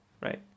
right